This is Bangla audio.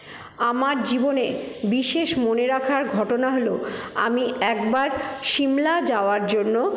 আমার জীবনে বিশেষ মনে রাখার ঘটনা হল আমি একবার সিমলা যাওয়ার জন্য